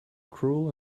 cruel